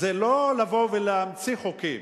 זה לא לבוא ולהמציא חוקים.